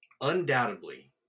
undoubtedly